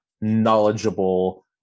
knowledgeable